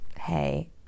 hey